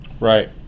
Right